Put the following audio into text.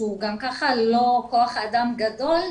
שהוא גם ככה לא כוח אדם גדול,